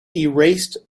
erased